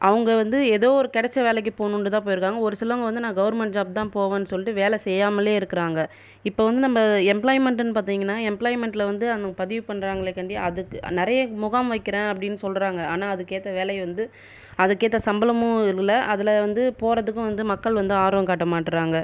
அவங்கள் வந்து எதோ ஒரு கிடச்ச வேலைக்கு போகணுன்ட்டு தான் போயிருக்காங்கள் ஒரு சிலவங்கள் வந்து நான் கவர்மெண்ட் ஜாப் தான் போவேனு சொல்லிட்டு வேலை செய்யாமலேயே இருக்கிறாங்க இப்போ வந்து நம்ம எம்ப்லாய்மென்ட்டுனு பார்த்தீங்ன்னா எம்ப்லாய்மென்டில் வந்து அந்த பதிவு பண்றாங்களே காண்டி அதுக்கு நிறைய முகாம் வைக்கிற அப்படின்னு சொகில்றாங்க ஆனால் அதுக்கு ஏற்ற வேலையை வந்து அதுக்கேற்ற சம்பளமும் இல்லை அதில் வந்து போகிறத்துக்கும் வந்து மக்கள் வந்து ஆர்வம் காட்ட மாட்டுறாங்க